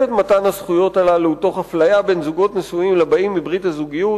את מתן הזכויות הללו תוך אפליה בין זוגות נשואים לבאים בברית הזוגיות,